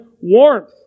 warmth